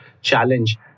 challenge